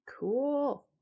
cool